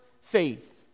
faith